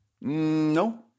No